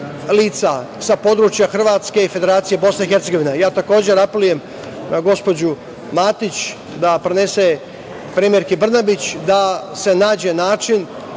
lica sa područja Hrvatske i Federacije Bosne i Hercegovine. Takođe apelujem na gospođu Matić da prenese premijerki Brnabić da se nađe način